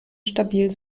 stabil